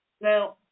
Now